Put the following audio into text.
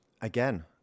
again